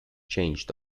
changed